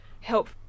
help